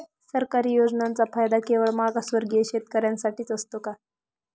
सरकारी योजनांचा फायदा केवळ मागासवर्गीय शेतकऱ्यांसाठीच असतो का?